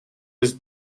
his